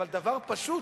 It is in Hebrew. אבל דבר פשוט,